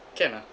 can ah